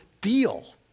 deal